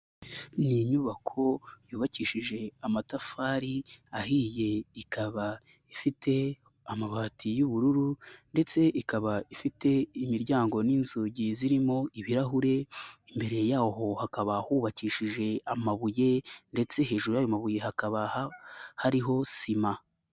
Ni inyubako yubakishije amatafari ahiye ikaba ifite amabati y'ubururu ndetse ikaba ifite imiryango n'inzugi zirimo ibirahure, imbere yaho hakaba hubakishijejwe amabuye ndetse hejuru y'ayo mabuye hakaba hariho sima.